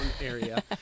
area